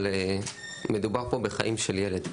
אבל מדובר פה בחיים של ילד.